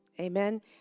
Amen